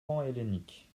panhellénique